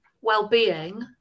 well-being